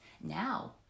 Now